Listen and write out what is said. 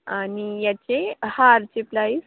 आणि याचे हारचे प्राईस